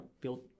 build